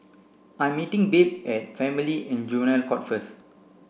I'm meeting Babe at Family and Juvenile Court first